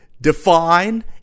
define